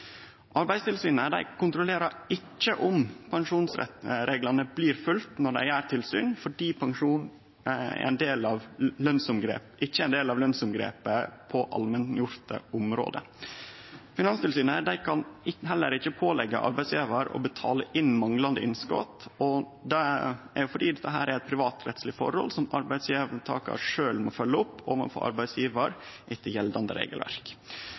Arbeidstilsynet kontrollerer ikkje om pensjonsreglane blir følgde når dei har tilsyn, fordi pensjonen ikkje er ein del av lønsomgrepet på allmenngjorde område. Finanstilsynet kan heller ikkje påleggje arbeidsgjevaren å betale inn manglande innskot. Det er fordi dette er privatrettslege forhold som arbeidstakaren sjølv må følgje opp overfor arbeidsgjevaren etter gjeldande regelverk.